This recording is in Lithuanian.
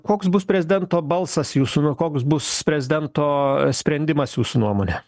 koks bus prezidento balsas jūsų nu koks bus prezidento sprendimas jūsų nuomone